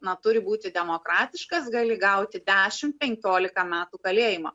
na turi būti demokratiškas gali gauti dešimt penkiolika metų kalėjimo